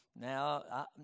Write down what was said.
Now